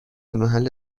محل